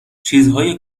چیزهای